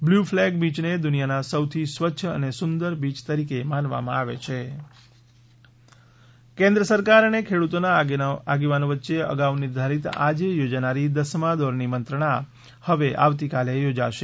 blue flag બીચને દુનિયાના સૌથી સ્વચ્છ અને સુંદર બીચ તરીકે માનવામાં આવે હો ખેડૂત ચર્ચા કેન્દ્ર સરકાર અને ખેડૂતોના આગેવાનો વચ્ચે અગાઉ નિર્ધારીત આજે યોજાનારી દસમા દોરની મંત્રણા હવે આવતીકાલે યોજાશે